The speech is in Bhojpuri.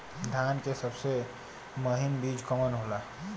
धान के सबसे महीन बिज कवन होला?